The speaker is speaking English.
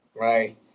Right